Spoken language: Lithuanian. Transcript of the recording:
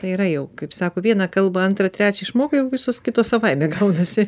tai yra jau kaip sako vieną kalbą antrą trečią išmokai jau visos kitos savaime gaunasi